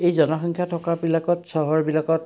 এই জনসংখ্যা থকাবিলাকত চহৰবিলাকত